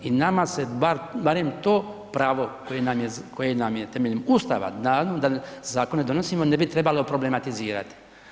I nama se barem to pravo koje nam je temeljem Ustava dano da zakone donosimo ne bi trebalo problematizirati.